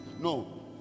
no